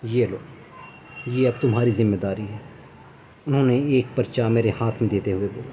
یہ لو یہ اب تمہاری ذمہ داری ہے انہوں نے ایک پرچہ میرے ہاتھ میں دیتے ہوئے بولا